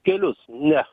kelius ne